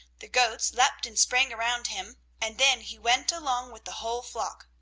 the goats leaped and sprang around him, and then he went along with the whole flock.